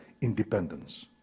independence